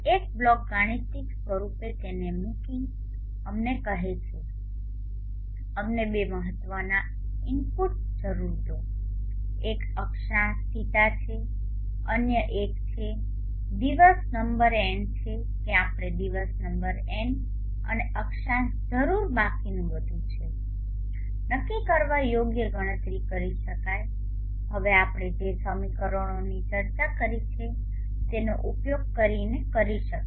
એક બ્લોક ગાણિતિક સ્વરૂપે તેને મૂકી અમને કહે છે કે અમને બે મહત્વના ઇન્પુટ્સ જરૂર દો એક અક્ષાંશ ϕ છે અન્ય એક છે દિવસ નંબર એન છે કે આપણે દિવસ નંબર એન અને અક્ષાંશ ϕ જરૂર બાકીનું બધું છે નક્કીકરવા યોગ્ય ગણતરી કરી શકાય હવે આપણે જે સમીકરણોની ચર્ચા કરી છે તેનો ઉપયોગ કરીને કરી શકાય